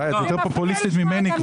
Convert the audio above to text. די, את כבר יותר פופוליסטית ממני.